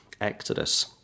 Exodus